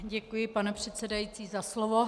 Děkuji, pane předsedající, za slovo.